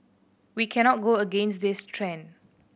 we cannot go against this trend